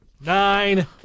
Nine